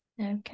okay